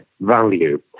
value